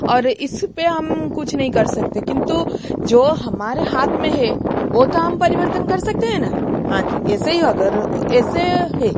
और इसपे हम कुछ नहीं कर सकते किन्तु जो हमारे हाथ में है वो तो हम परिवर्तन कर सकते है न हाँ जी ऐसे ही अगर ऐसे है